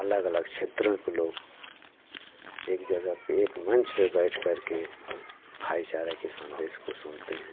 अलग अलग क्षेत्रों के लोग एक जगह पर एक मंच पर बैठ करके भाई चारा के सन्देश को सुनते हैं